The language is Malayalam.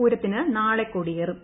പൂരത്തിന് നാളെ കൊടിയേറും